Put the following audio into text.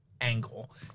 angle